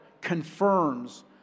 confirms